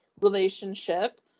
relationship